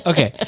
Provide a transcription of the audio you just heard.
Okay